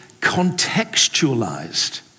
contextualized